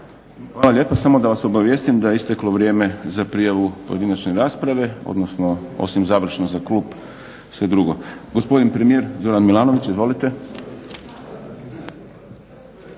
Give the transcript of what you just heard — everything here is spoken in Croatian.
Hvala lijepa. Samo da vas obavijestim da je isteklo vrijeme za prijavu pojedinačne rasprave, odnosno osim završno za klub, sve drugo. Gospodin premijer Zoran Milanović. Izvolite.